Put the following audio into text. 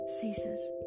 ceases